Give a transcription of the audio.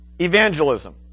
Evangelism